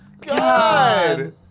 God